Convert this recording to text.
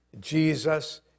Jesus